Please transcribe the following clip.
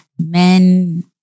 men